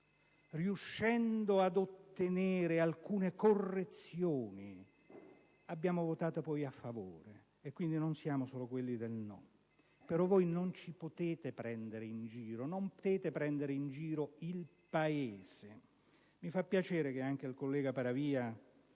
riuscendo ad ottenere alcune correzioni, hanno votato a favore. Non siamo quindi solo quelli del no: però non ci potete prendere in giro e non potete prendere in giro il Paese. Mi fa piacere che anche il collega Paravia